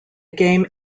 game